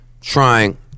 Trying